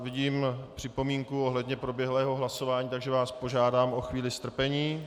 Vidím připomínku ohledně proběhlého hlasování, takže vás požádám o chvíli strpení.